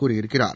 கூறியிருக்கிறார்